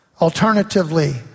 Alternatively